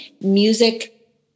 Music